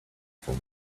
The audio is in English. from